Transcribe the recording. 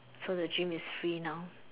so the gym is free now